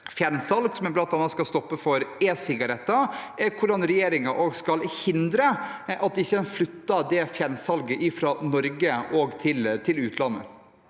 fjernsalg, som en bl.a. skal stoppe for e-sigaretter, er hvordan regjeringen skal hindre at en ikke flytter det fjernsalget fra Norge og til utlandet.